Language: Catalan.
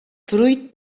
fruit